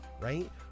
right